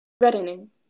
Reddening